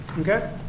okay